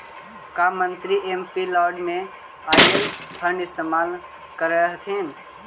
का मंत्री एमपीलैड में आईल फंड इस्तेमाल करअ हथीन